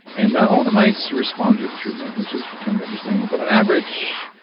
and not all the mice responded to the treatment, which is kind of interesting, but on average,